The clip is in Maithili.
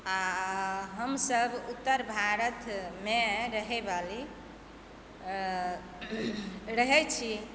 आ हमसब उत्तर भारत मे रहै वाली रहै छी